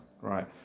Right